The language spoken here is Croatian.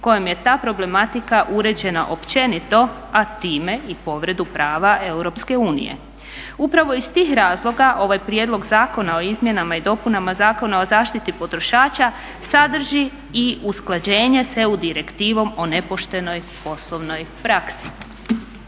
kojom je ta problematika uređena općenito a time i povredu prava EU. Upravo iz tih razloga ovaj prijedlog Zakona o izmjenama i dopunama Zakona o zaštiti potrošača sadrži i usklađenje sa EU direktivom o nepoštenoj poslovnoj praksi.